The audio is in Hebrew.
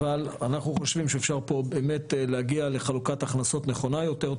אבל אנחנו חושבים שאפשר פה באמת להגיע לחלוקת הכנסות נכונה יותר,